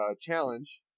challenge